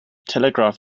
telegraph